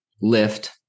lift